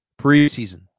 preseason